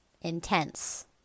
intense